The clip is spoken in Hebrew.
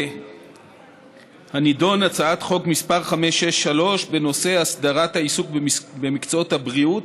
חוק הסדרת העיסוק במקצועות הבריאות,